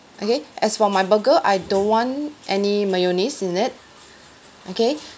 okay as for my burger I don't want any mayonnaise in it okay